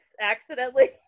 accidentally